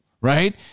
Right